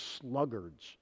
sluggards